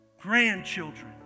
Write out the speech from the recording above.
grandchildren